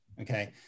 Okay